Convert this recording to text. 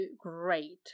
great